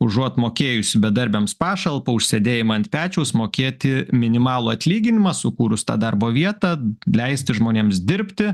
užuot mokėjusi bedarbiams pašalpą už sėdėjimą ant pečiaus mokėti minimalų atlyginimą sukūrus tą darbo vietą leisti žmonėms dirbti